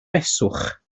beswch